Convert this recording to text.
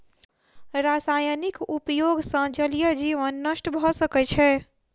रासायनिक उपयोग सॅ जलीय जीवन नष्ट भ सकै छै